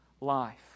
life